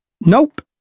Nope